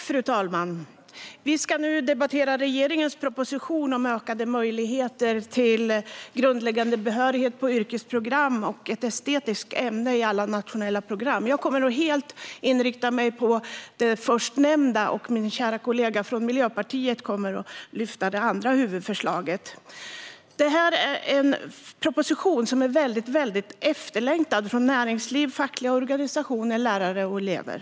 Fru talman! Vi ska nu debattera regeringens proposition om ökade möjligheter till grundläggande behörighet på yrkesprogram och ett estetiskt ämne i alla nationella program. Jag kommer att helt inrikta mig på det förstnämnda, och min kära kollega från Miljöpartiet kommer att lyfta det andra huvudförslaget. Detta är en proposition som är väldigt efterlängtad av näringsliv, fackliga organisationer, lärare och elever.